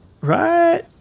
Right